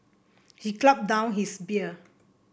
he gulped down his beer